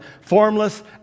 formless